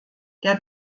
der